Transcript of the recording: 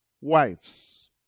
wives